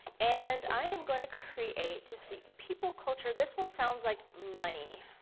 and i am going to create to see people culture, this one sounds like money.